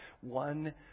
one